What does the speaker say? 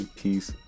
peace